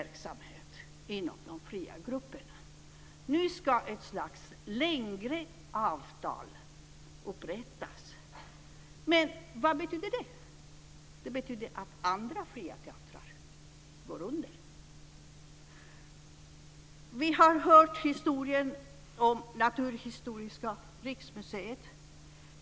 Men vad betyder det? Det betyder att andra fria teatrar går under.